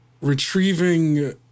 retrieving